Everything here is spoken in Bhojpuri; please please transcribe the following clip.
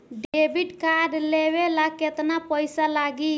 डेबिट कार्ड लेवे ला केतना पईसा लागी?